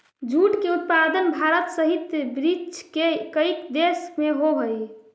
jute के उत्पादन भारत सहित विश्व के कईक देश में होवऽ हइ